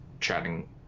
chatting